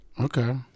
Okay